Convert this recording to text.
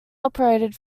operated